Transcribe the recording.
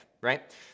right